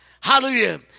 Hallelujah